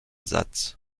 satz